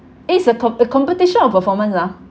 it's a comp~ a competition or performance ah